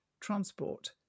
transport